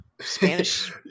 Spanish